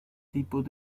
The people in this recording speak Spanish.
tipos